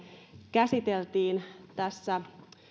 käsiteltiin tässä